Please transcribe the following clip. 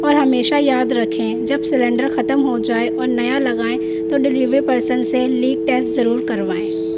اور ہمیشہ یاد رکھیں جب سلینڈر ختم ہو جائے اور نیا لگائیں تو ڈلیوری پرسن سے لیک ٹیسٹ ضرور کروائیں